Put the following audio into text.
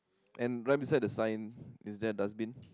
and right me set the side is that a dustbin